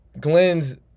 Glenn's